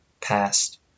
past